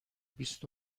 بیست